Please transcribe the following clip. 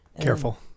Careful